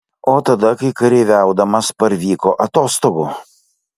o tada kai kareiviaudamas parvyko atostogų